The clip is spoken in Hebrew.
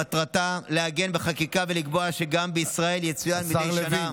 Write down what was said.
מטרתה לעגן בחקיקה ולקבוע שגם בישראל יצוין מדי שנה